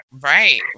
Right